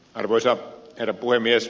arvoisa herra puhemies